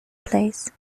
place